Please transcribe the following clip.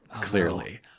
clearly